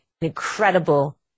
incredible